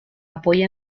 apoya